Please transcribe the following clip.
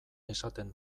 esaten